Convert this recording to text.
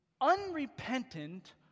unrepentant